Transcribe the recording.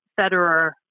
Federer